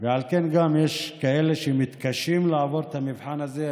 לכן יש גם כאלה שמתקשים לעבור את המבחן הזה.